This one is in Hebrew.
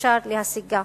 שאפשר להשיגה".